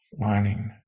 lining